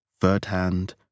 third-hand